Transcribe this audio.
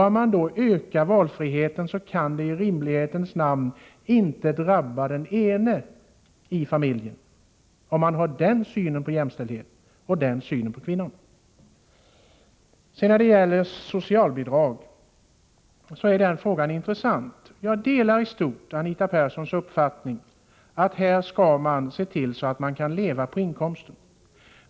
Om man har den synen på jämställdheten och på kvinnan, kan ökad valfrihet i rimlighetens namn inte drabba den ena parten i familjen. Frågan om socialbidrag är intressant, och jag delar i stort Anita Perssons uppfattning, att man skall se till att det går att leva på inkomsten.